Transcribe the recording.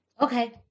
Okay